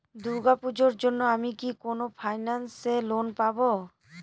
দূর্গা পূজোর জন্য আমি কি কোন ফাইন্যান্স এ লোন পাবো?